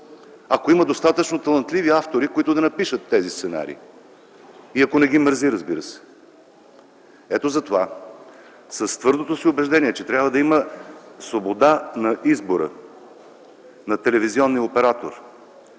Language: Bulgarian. ако има достатъчно талантливи автори, които да напишат тези сценарии, и ако не ги мързи, разбира се. Ето затова, с твърдото си убеждение, че трябва да има свобода на избора на телевизионния оператор,